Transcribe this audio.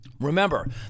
Remember